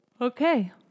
Okay